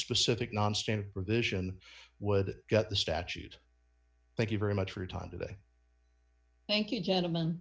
specific nonstandard provision would get the statute thank you very much for your time today thank you gentleman